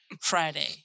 Friday